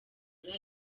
iriya